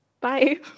Bye